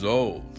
old